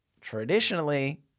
traditionally